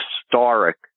historic